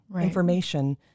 information